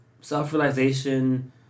self-realization